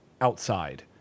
outside